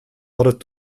hadden